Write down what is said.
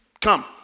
Come